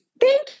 Thank